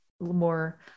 more